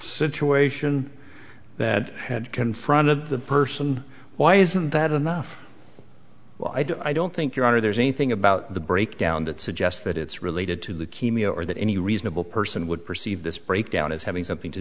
situation that had confronted the person why isn't that enough well i don't think your honor there's anything about the breakdown that suggests that it's related to the kimi or that any reasonable person would perceive this breakdown as having something to